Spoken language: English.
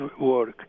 work